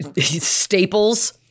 Staples